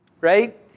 right